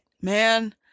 man